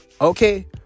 Okay